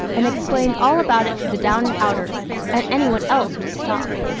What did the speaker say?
and explain all about it to the down-and-outers and any one else who would stop.